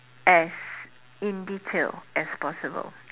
as in detail as possible